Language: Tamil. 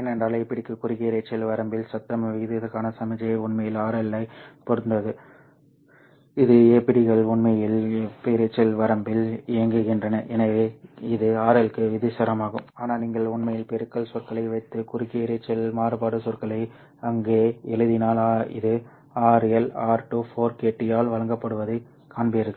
ஏனென்றால் APD க்கு குறுகிய இரைச்சல் வரம்பில் சத்தம் விகிதத்திற்கான சமிக்ஞை உண்மையில் RL ஐப் பொறுத்தது இது APD கள் உண்மையில் வெப்ப இரைச்சல் வரம்பில் இயங்குகின்றன எனவே இது RL க்கு விகிதாசாரமாகும் ஆனால் நீங்கள் உண்மையில் பெருக்கல் சொற்களை வைத்து குறுகிய இரைச்சல் மாறுபாடு சொற்களை அங்கே எழுதினால் இது RL R2 4kT ஆல் வழங்கப்படுவதைக் காண்பீர்கள்